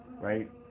right